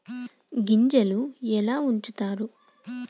గింజలు ఎలా ఉంచుతారు?